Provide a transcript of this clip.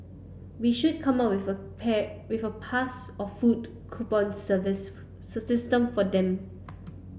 we should come up with a pair with a pass or food coupon system for them